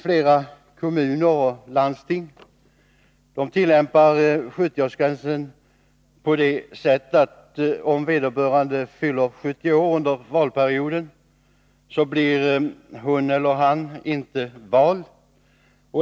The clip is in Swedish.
Flera kommuner och landsting tillämpar 70-årsgränsen på det sättet, att om vederbörande fyller 70 år under valperioden blir hon eller han inte valbar.